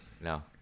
No